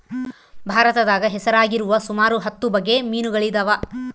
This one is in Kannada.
ಭಾರತದಾಗ ಹೆಸರಾಗಿರುವ ಸುಮಾರು ಹತ್ತು ಬಗೆ ಮೀನುಗಳಿದವ